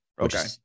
Okay